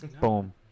Boom